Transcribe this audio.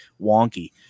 wonky